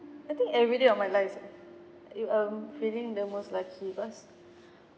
I think everyday of my lives ah eh um feeling the most lucky cause